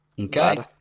Okay